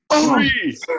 Three